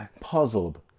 puzzled